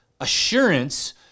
assurance